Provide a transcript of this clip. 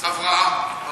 אברהם.